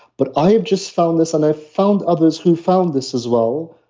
but i have just found this and i found others who found this as well.